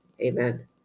Amen